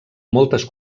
moltes